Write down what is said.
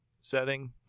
setting